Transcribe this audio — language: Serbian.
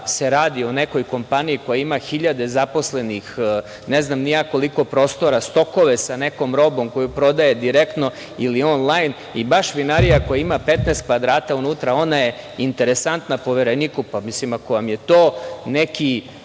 se radi o nekoj kompaniji koja ima hiljade zaposlenih, ne znam ni ja koliko prostora, stokove sa nekom robom koju prodaje direktno ili on-lajn i baš vinarija koja ima 15 kvadrata unutra, ona je interesantna Povereniku. Ako vam je to neki